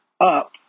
up